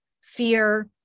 fear